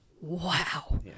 wow